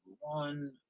one